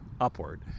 upward